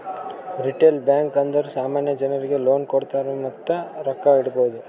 retail bank ಅಂದುರ್ ಸಾಮಾನ್ಯ ಜನರಿಗ್ ಲೋನ್ ಕೊಡ್ತಾರ್ ಮತ್ತ ರೊಕ್ಕಾ ಇಡ್ಬೋದ್